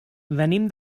venim